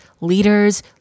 leaders